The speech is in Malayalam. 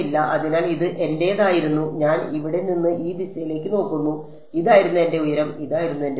അതിനാൽ ഇത് എന്റെതായിരുന്നു ഞാൻ ഇവിടെ നിന്ന് ഈ ദിശയിലേക്ക് നോക്കുന്നു ഇതായിരുന്നു എന്റെ ഉയരം ഇതായിരുന്നു എന്റെ ഉയരം